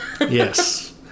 Yes